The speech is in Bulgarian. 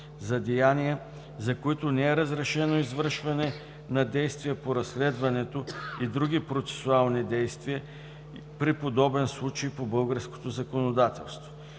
за деяния, за които не е разрешено извършване на действие по разследването и други процесуални действия при подобен случай по българското законодателство;